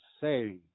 say